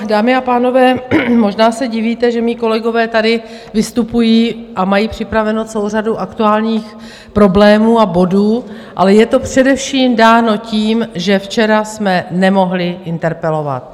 Dámy a pánové, možná se divíte, že mí kolegové tady vystupují a mají připravenou celou řadu aktuálních problémů a bodů, ale je to především dáno tím, že včera jsme nemohli interpelovat.